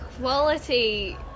quality